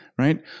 Right